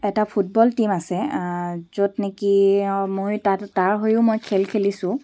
এটা football team আছে য'ত নেকি মই তাত তাৰ হৈও মই খেল খেলিছোঁ